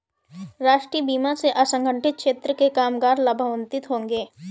राष्ट्रीय बीमा से असंगठित क्षेत्र के कामगार लाभान्वित होंगे